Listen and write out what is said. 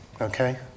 okay